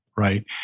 Right